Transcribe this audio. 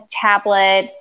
tablet